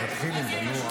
תתחיל עם זה.